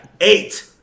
Eight